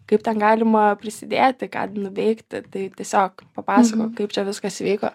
kaip ten galima prisidėti ką nuveikti tai tiesiog papasakok kaip čia viskas vyko